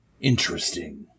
Interesting